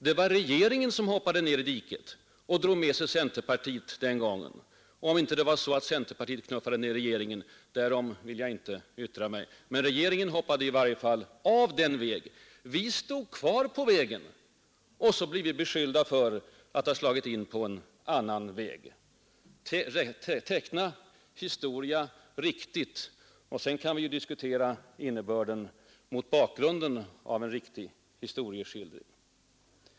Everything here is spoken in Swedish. Det var regeringen som «Nr 138 hoppade ner i diket och drog med sig centerpartiet den gången — om det Tisdagen den inte var så att centerpartiet knuffade ner regeringen. Därom vill jag inte — 12 december 1972 yttra mig. Regeringen hoppade i varje fall av medan vi stod kvar på vägen. — Nu blir vi beskyllda för att ha slagit in på en annan väg. Gör en riktig historieskildring och låt oss därefter diskutera.